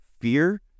fear